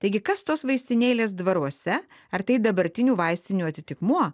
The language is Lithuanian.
taigi kas tos vaistinėlės dvaruose ar tai dabartinių vaistinių atitikmuo